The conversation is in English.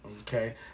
okay